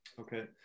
Okay